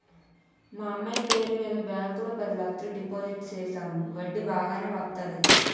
మా అమ్మాయి పేరు మీద బ్యాంకు లో పది లచ్చలు డిపోజిట్ సేసాము వడ్డీ బాగానే వత్తాది